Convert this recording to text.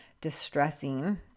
distressing